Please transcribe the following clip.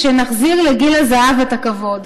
שנחזיר לגיל הזהב את הכבוד!